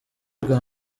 bwa